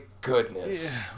goodness